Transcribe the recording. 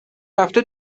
رفته